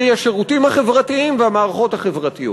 שהיא השירותים החברתיים והמערכות החברתיות.